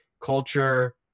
Culture